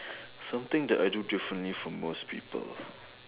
something that I do differently from most people